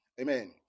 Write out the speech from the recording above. Amen